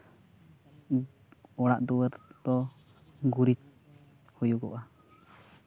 ᱚᱲᱟᱜ ᱫᱩᱣᱟᱹᱨ ᱫᱚ ᱜᱩᱨᱤᱡ ᱦᱩᱭᱩᱜᱚᱜᱼᱟ